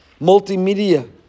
multimedia